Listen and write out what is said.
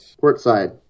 Portside